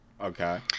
Okay